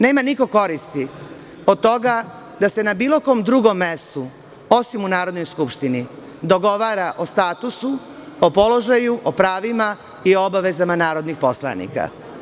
Nema niko koristi od toga da se na bilo kom drugom mestu, osim u Narodnoj skupštini, dogovara o statusu, o položaju, o pravima i obavezama narodnih poslanika.